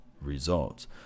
results